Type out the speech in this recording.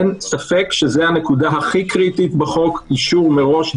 אין ספק שזו הנקודה הכי קריטית בחוק, אישור מראש.